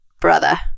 brother